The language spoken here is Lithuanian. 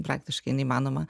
praktiškai neįmanoma